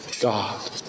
God